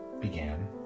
began